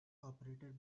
operated